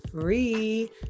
free